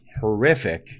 horrific